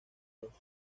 los